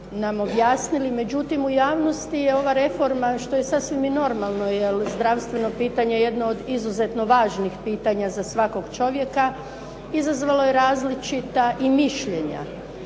nam objasnili, međutim u javnosti je ova reforma, što je sasvim i normalno jer zdravstveno pitanje je jedno od izuzetno važnih pitanja za svakog čovjeka, izazvalo je različita i mišljenja.